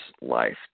life